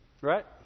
Right